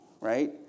right